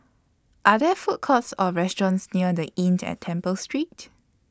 Are There Food Courts Or restaurants near The Inn At Temple Street